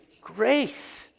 grace